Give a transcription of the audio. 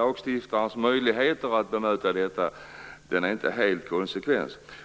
Lagstiftarens möjligheter att bemöta detta är inte helt konsekventa.